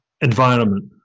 environment